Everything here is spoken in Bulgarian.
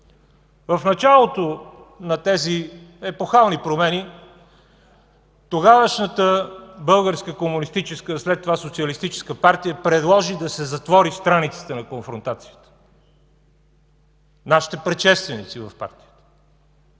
В началото на тези епохални промени тогавашната Българска комунистическа, а след това социалистическа партия, предложи да се затвори страницата на конфронтация – нашите предшественици в партията.